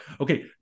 okay